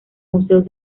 museos